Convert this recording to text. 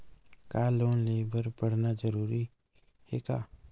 का लोन ले बर पढ़ना जरूरी हे का?